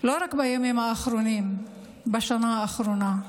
לא רק בימים האחרונים, בשנה האחרונה,